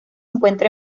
encuentra